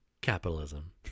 Capitalism